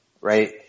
right